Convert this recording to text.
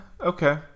okay